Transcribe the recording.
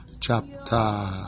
chapter